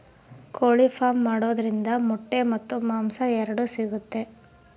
ಕೋಳಿ ಫಾರ್ಮ್ ಮಾಡೋದ್ರಿಂದ ಮೊಟ್ಟೆ ಮತ್ತು ಮಾಂಸ ಎರಡು ಸಿಗುತ್ತೆ